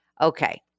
Okay